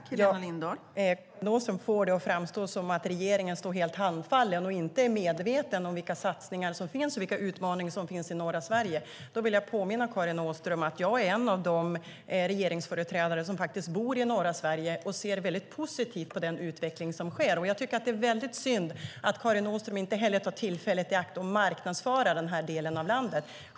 Fru talman! Karin Åström får det att framstå som att regeringen står helt handfallen och inte är medveten om vilka satsningar och vilka utmaningar som finns i norra Sverige. Jag vill påminna Karin Åström om att jag är en av de regeringsföreträdare som bor i norra Sverige, och jag ser positivt på den utveckling som sker. Jag tycker att det är synd att Karin Åström inte tar tillfället i akt att marknadsföra denna del av landet.